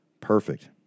perfect